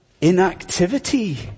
inactivity